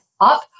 up